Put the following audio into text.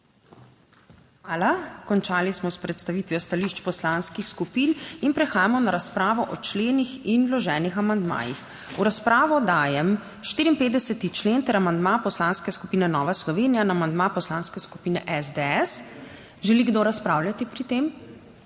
Hvala. Končali smo s predstavitvijo stališč poslanskih skupin. In prehajamo na razpravo o členih in vloženih amandmajih. V razpravo dajem 54. člen ter amandma Poslanske skupine Nova Slovenija na amandma Poslanske skupine SDS. Želi kdo razpravljati pri tem?